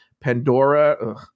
Pandora